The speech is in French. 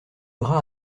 bras